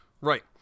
Right